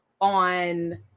on